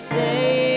Stay